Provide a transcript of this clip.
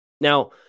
Now